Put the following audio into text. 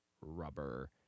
Rubber